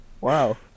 Wow